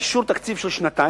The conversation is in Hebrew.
באישור של תקציב לשנתיים,